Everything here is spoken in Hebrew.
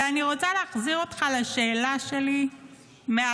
אני רוצה להחזיר אותך לשאלה שלי מההתחלה: